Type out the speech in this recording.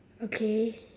okay